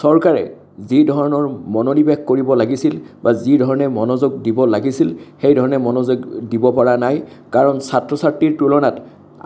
চৰকাৰে যিধৰণৰ মনোনিৱেশ কৰিব লাগিছিল বা যিধৰণে মনোযোগ দিব লাগিছিল সেই ধৰণে মনোযোগ দিব পৰা নাই কাৰণ ছাত্ৰ ছাত্ৰীৰ তুলনাত